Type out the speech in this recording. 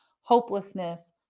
hopelessness